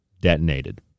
detonated